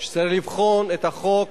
צריך לבחון את החוק